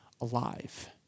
alive